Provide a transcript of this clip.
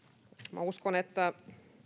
minä uskon että